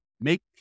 make